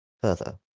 further